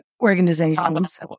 organizations